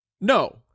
No